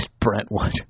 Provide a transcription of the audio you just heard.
Brentwood